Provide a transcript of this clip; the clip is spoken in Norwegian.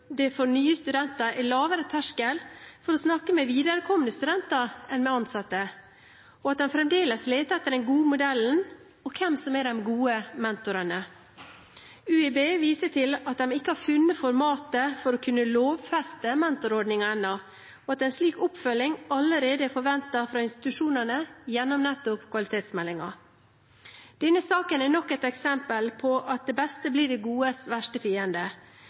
nye studenter er lavere terskel for å snakke med viderekommende studenter enn med ansatte, og at de fremdeles leter etter den gode modellen og hvem som er de gode mentorene. UiB viser til at de ikke har funnet formatet for å kunne lovfeste mentorordningen ennå, og at en slik oppfølging allerede er forventet fra institusjonene gjennom nettopp kvalitetsmeldingen. Denne saken er nok et eksempel på at det beste blir det godes verste fiende.